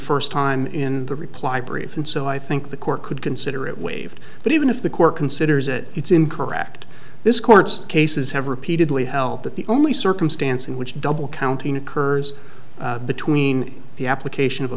first time in the reply brief and so i think the court could consider it waived but even if the court considers it it's incorrect this court's cases have repeatedly health that the only circumstance in which double counting occurs between the application of a